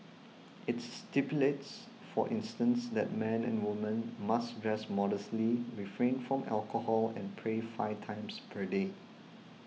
it stipulates for instance that men and woman must dress modestly refrain from alcohol and pray five times per day